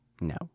No